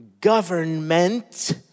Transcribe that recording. government